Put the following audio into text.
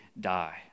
die